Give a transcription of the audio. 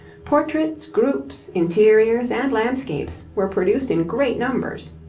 portraits, groups, interiors, and landscapes, were produced in great numbers.